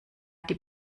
die